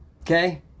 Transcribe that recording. Okay